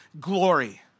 glory